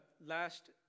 last